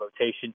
rotation